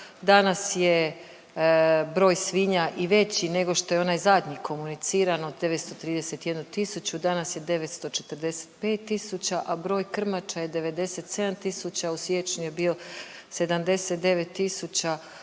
Danas je broj svinja i već nego što je onaj zadnji komuniciran od 931 tisuću, danas je 945 tisuća, a broj krmača je 97 tisuća, u siječnju je bio 79 tisuća.